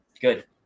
Good